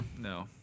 No